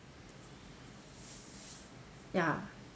ya